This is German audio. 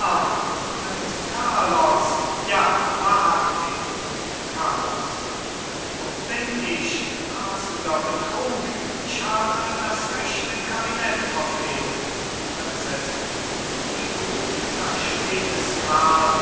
prinz carlos ja wahrhaftig carlos wo bin ich rasender betrug ich habe das rechte kabinett verfehlt prinzessin wie gut versteht es karl